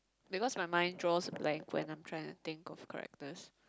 because my mind draws like when I try to think of characters